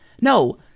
No